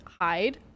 hide